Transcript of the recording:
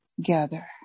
gather